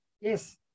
Yes